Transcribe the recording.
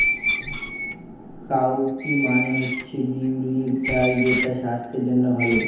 cowpea মানে হচ্ছে বিউলির ডাল যেটা স্বাস্থ্যের জন্য ভালো